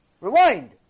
Rewind